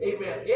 Amen